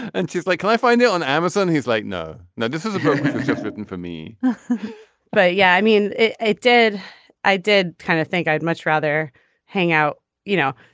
and she's like i find it on amazon he's like no no this is a book written for me but yeah i mean it it did i did kind of think i'd much rather hang out you know.